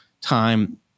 time